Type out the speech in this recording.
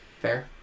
fair